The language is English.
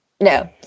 No